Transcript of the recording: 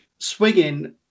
Swinging